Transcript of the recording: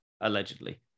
allegedly